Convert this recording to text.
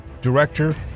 Director